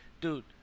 dude